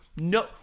No